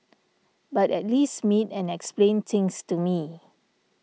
but at least meet and explain things to me